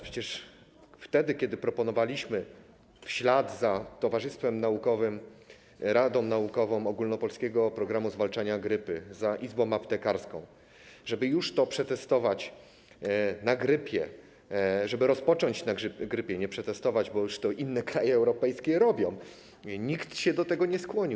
Przecież wtedy, kiedy proponowaliśmy w ślad za towarzystwem naukowym, radą naukową Ogólnopolskiego Programu Zwalczania Grypy, za izbą aptekarską, żeby już to przetestować na grypie, żeby rozpocząć od grypy - nie przetestować, bo już to inne kraje europejskie robią - nikt się do tego nie skłonił.